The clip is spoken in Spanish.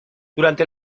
durante